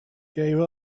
gave